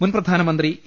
മുൻ പ്രധാനമന്ത്രി എ